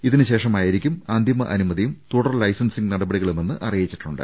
ഇതിന് ശേഷമായിരിക്കും അന്തിമ അനുമതിയും തുടർ ലൈസൻസിങ്ങ് നടപടികളുമെന്ന് അറിയിച്ചിട്ടുണ്ട്